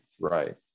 right